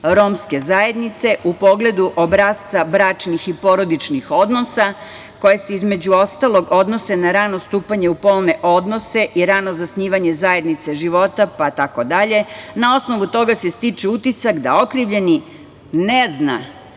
romske zajednice, u pogledu obrasca bračnih i porodičnih odnosa koje se, između ostalog, odnose na rano stupanje u polne odnose i rano zasnivanje zajednice života, pa tako dalje, na osnovu toga se stiče utisak da okrivljeni ne zna